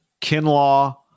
Kinlaw